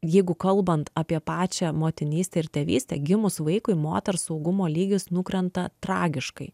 jeigu kalbant apie pačią motinystę ir tėvystę gimus vaikui moters saugumo lygis nukrenta tragiškai